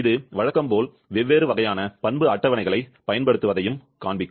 இது வழக்கம் போல் வெவ்வேறு வகையான பண்பு அட்டவணைகளைப் பயன்படுத்துவதையும் காண்பிக்கும்